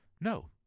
No